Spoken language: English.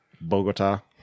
Bogota